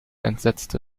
entsetzte